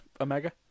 Omega